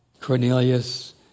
Cornelius